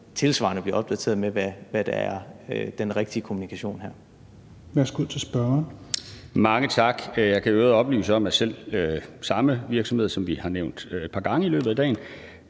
tilsvarende bliver opdateret med, hvad der er den rigtige kommunikation her. Kl. 17:28 Tredje